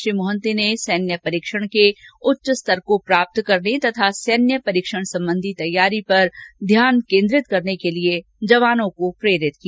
उन्होंने सैन्य परीक्षण के उच्च स्तर को प्राप्त करने तथा सैन्य परीक्षण संबंधी तैयारी पर ध्यान केन्द्रित करने के लिए जवानों को प्रेरित किया